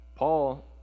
Paul